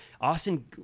Austin